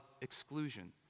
exclusion